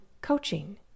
coaching